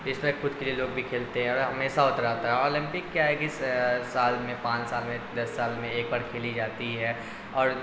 اس میں خود کے لیے لوگ بھی کھیلتے ہیں اور ہمیشہ ہوتا رہتا ہے اور اولمپک کیا ہے کہ سال میں پانچ سال میں دس سال میں ایک بار کھیلی جاتی ہے اور